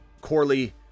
Corley